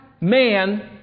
man